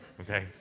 Okay